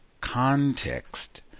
context